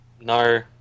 No